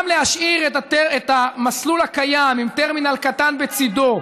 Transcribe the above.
גם להשאיר את המסלול הקיים, עם טרמינל קטן בצידו,